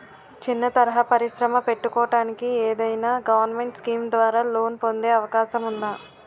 చిన్న తరహా పరిశ్రమ పెట్టుకోటానికి ఏదైనా గవర్నమెంట్ స్కీం ద్వారా లోన్ పొందే అవకాశం ఉందా?